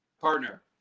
partner